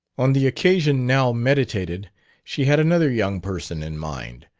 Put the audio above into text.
on the occasion now meditated she had another young person in mind.